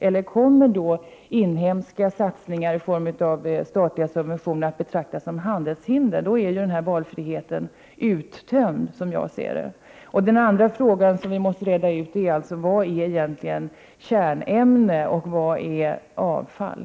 Eller kommer inhemska satsningar i form av statliga subventioner att betraktas som handelshinder? Då är ju, som jag ser det, valfriheten uttömd. En annan fråga som vi måste reda ut är vad som egentligen är kärnämne och vad som är avfall.